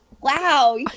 wow